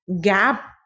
gap